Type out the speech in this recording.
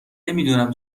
نمیدونم